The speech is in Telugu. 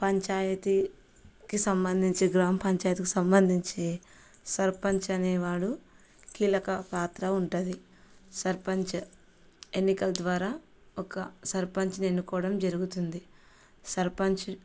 పంచాయతీకి సంబంధించి గ్రామ పంచాయతీకి సంబంధించి సర్పంచ్ అనేవాడు కీలక పాత్ర ఉంటుంది సర్పంచ్ ఎన్నికల ద్వారా ఒక సర్పంచ్ని ఎన్నుకోవడం జరుగుతుంది సర్పంచ్